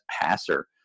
passer